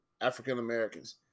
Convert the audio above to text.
African-Americans